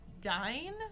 dine